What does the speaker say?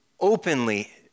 openly